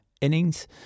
innings